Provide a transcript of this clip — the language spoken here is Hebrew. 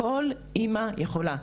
כל אמא יכולה,